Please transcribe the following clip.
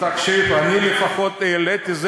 אני לפחות העליתי.